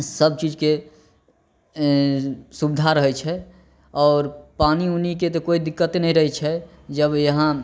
सभचीजके एँ सुविधा रहै छै आओर पानी उनीके तऽ कोइ दिक्कते नहि रहै छै जब यहाँ